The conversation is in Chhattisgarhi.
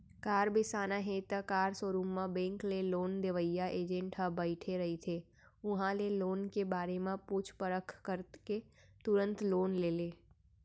कार बिसाना हे त कार सोरूम म बेंक ले लोन देवइया एजेंट ह बइठे रहिथे उहां ले लोन के बारे म पूछ परख करके तुरते लोन ले ले